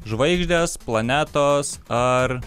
žvaigždės planetos ar